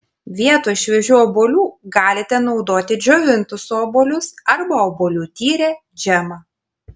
vietoj šviežių obuolių galite naudoti džiovintus obuolius arba obuolių tyrę džemą